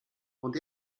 und